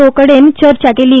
ओ कडेन चर्चा केली